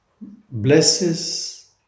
blesses